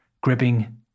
Gripping